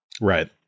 right